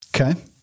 Okay